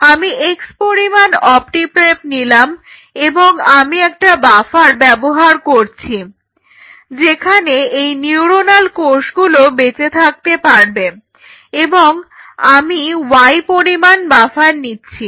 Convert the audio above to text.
আমি x পরিমাণ OptiPrep নিলাম এবং আমি একটা বাফার ব্যবহার করছি যেখানে এই নিউরণাল কোষগুলো বেঁচে থাকতে পারবে এবং আমি y পরিমাণ বাফার নিচ্ছি